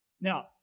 Now